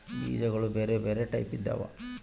ಬೀಜಗುಳ ಬೆರೆ ಬೆರೆ ಟೈಪಿದವ